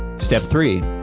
step three.